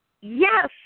Yes